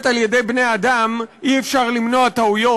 על-ידי בני-אדם אי-אפשר למנוע טעויות.